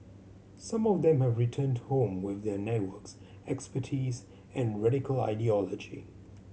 some of them have returned home with their networks expertise and radical ideology